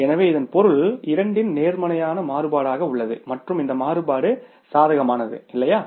எனவே இதன் பொருள் 2 இன் நேர்மறையான மாறுபாடாக உள்ளது மற்றும் இந்த மாறுபாடு சாதகமானது இல்லையா